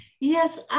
Yes